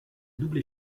double